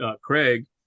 Craig